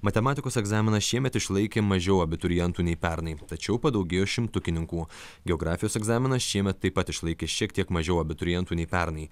matematikos egzaminą šiemet išlaikė mažiau abiturientų nei pernai tačiau padaugėjo šimtukininkų geografijos egzaminą šiemet taip pat išlaikė šiek tiek mažiau abiturientų nei pernai